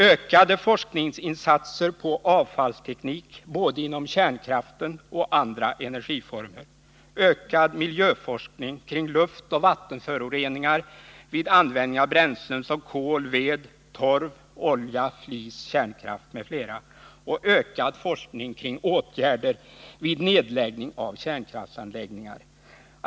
Ökade forskningsinsatser på avfallsteknik, både när det gäller kärnkraften och i fråga om andra energiformer.